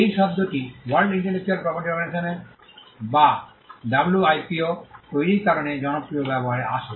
এই শব্দটি World Intellectual Property Organization বা ডাব্লুআইপিপিও তৈরির কারণে জনপ্রিয় ব্যবহারে আসে